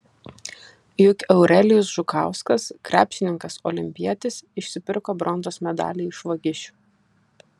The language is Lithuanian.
juk eurelijus žukauskas krepšininkas olimpietis išsipirko bronzos medalį iš vagišių